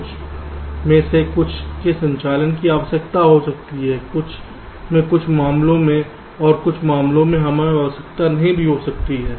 कुछ में से कुछ के संचालन की आवश्यकता हो सकती है कुछ में कुछ मामलों में और कुछ मामलों में हमें आवश्यकता नहीं हो सकती है